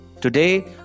Today